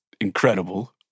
incredible